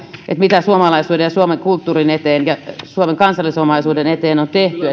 mitä suomalaisuuden ja suomen kulttuurin eteen ja suomen kansallisomaisuuden eteen on tehty